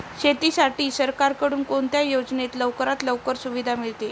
शेतीसाठी सरकारकडून कोणत्या योजनेत लवकरात लवकर सुविधा मिळते?